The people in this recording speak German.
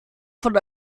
von